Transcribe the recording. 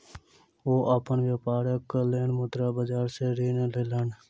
ओ अपन व्यापारक लेल मुद्रा बाजार सॅ ऋण लेलैन